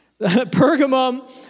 Pergamum